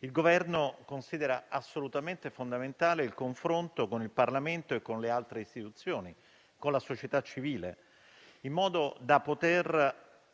il Governo considera assolutamente fondamentale il confronto con il Parlamento, con le altre istituzioni e con la società civile, in modo da poter